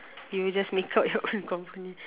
you will just make up your own company